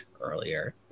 earlier